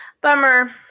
Bummer